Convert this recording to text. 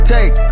Take